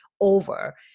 over